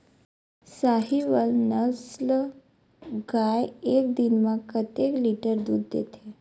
साहीवल नस्ल गाय एक दिन म कतेक लीटर दूध देथे?